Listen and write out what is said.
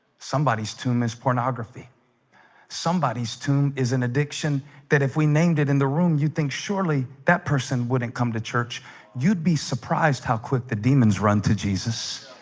somebody's to miss pornography somebody's tune is an addiction that if we named it in the room. you'd think surely that person wouldn't come to church you'd be surprised how quick the demons run to jesus?